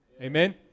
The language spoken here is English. amen